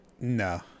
No